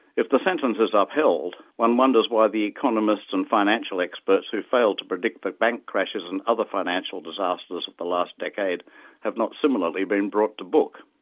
if the sentence is upheld, one wonders why the economists and financial experts who failed to predict the bank crashes and other financial disasters of the last decade have not similarly been brought to book.